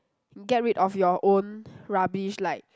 get rid of your own rubbish like